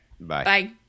Bye